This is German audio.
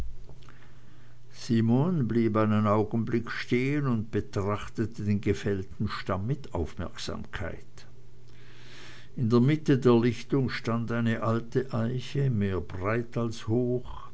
simon blieb einen augenblick stehen und betrachtete den gefällten stamm mit aufmerksamkeit in der mitte der lichtung stand eine alte eiche mehr breit als hoch